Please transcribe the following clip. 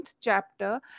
chapter